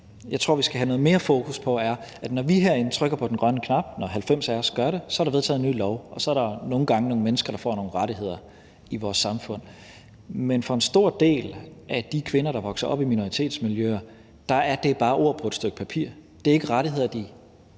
jeg tror vi skal have noget mere fokus på, er, at når vi herinde trykker på den grønne knap – når 90 af os gør det – så er der vedtaget en ny lov, og så er der nogle gange nogle mennesker, der får nogle rettigheder i vores samfund. Men for en stor del af de kvinder, der vokser op i minoritetsmiljøer, er det bare ord på et stykke papir. Det er ikke rettigheder, de